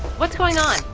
what's going on?